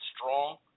strong